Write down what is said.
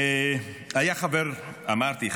אמרתי,